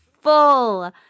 full